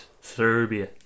Serbia